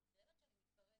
אני מצטערת שאני מתפרצת,